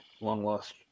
long-lost